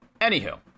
Anywho